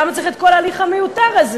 למה צריך את כל ההליך המיותר הזה?